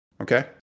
Okay